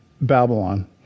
Babylon